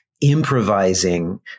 improvising